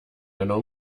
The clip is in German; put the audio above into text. einer